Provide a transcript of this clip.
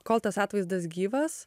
kol tas atvaizdas gyvas